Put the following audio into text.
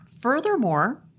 Furthermore